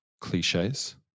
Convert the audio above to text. cliches